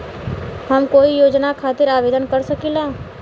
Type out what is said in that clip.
हम कोई योजना खातिर आवेदन कर सकीला?